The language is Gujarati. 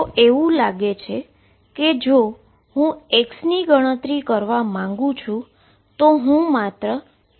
તો એવું લાગે છે કે જો હું x ની ગણતરી કરવા માંગુ છું તો હું માત્ર x દ્વારા ગુણાકાર કરું છું